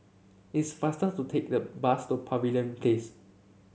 it's faster to take the bus to Pavilion Place